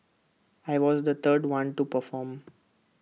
I was the third one to perform